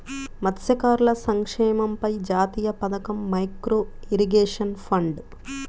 మత్స్యకారుల సంక్షేమంపై జాతీయ పథకం, మైక్రో ఇరిగేషన్ ఫండ్